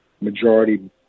majority